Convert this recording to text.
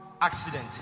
Accident